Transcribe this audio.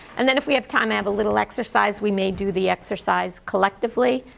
and then if we have time, i have a little exercise. we may do the exercise collectively,